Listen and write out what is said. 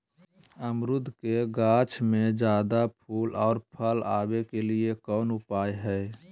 अमरूद के गाछ में ज्यादा फुल और फल आबे के लिए कौन उपाय है?